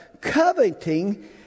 coveting